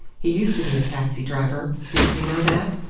he used to be a taxi-driver didn't you know that?